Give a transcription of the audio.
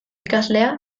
ikaslea